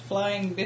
Flying